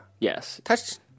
Yes